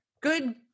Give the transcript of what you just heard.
good